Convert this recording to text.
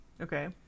Okay